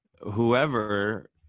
whoever